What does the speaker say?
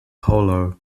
polo